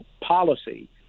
policy